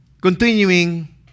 Continuing